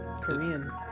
Korean